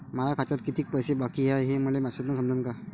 माया खात्यात कितीक पैसे बाकी हाय हे मले मॅसेजन समजनं का?